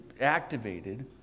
activated